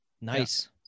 nice